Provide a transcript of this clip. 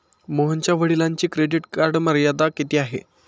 मोहनच्या वडिलांची credit card मर्यादा किती आहे?